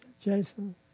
Jason